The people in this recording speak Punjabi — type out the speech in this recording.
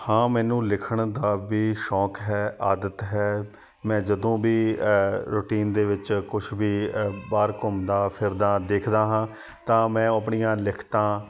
ਹਾਂ ਮੈਨੂੰ ਲਿਖਣ ਦਾ ਵੀ ਸ਼ੌਂਕ ਹੈ ਆਦਤ ਹੈ ਮੈਂ ਜਦੋਂ ਵੀ ਰੂਟੀਨ ਦੇ ਵਿੱਚ ਕੁਛ ਵੀ ਅ ਬਾਹਰ ਘੁੰਮਦਾ ਫਿਰਦਾ ਦੇਖਦਾ ਹਾਂ ਤਾਂ ਮੈਂ ਉਹ ਆਪਣੀਆਂ ਲਿਖਤਾਂ